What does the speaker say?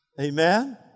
Amen